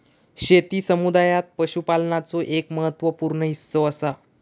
शेती समुदायात पशुपालनाचो एक महत्त्व पूर्ण हिस्सो असा